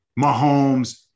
Mahomes